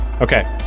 okay